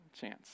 chance